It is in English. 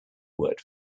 word